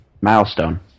Milestone